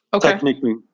technically